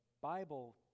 Bible